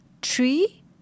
Tree